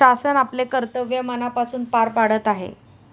शासन आपले कर्तव्य मनापासून पार पाडत आहे